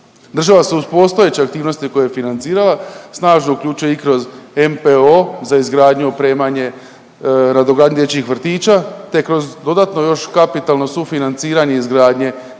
Država se uz postojeće aktivnosti koje je financirala snažno uključuje i kroz NPOO za izgradnju, opremanje, nadogradnju dječjih vrtića te kroz dodatno još kapitalno sufinanciranje izgradnje